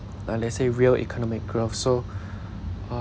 like let's say real economic growth so